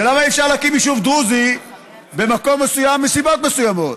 ולמה אי-אפשר להקים יישוב דרוזי במקום מסוים מסיבות מסוימות?